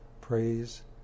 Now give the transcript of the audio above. praise